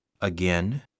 again